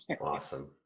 Awesome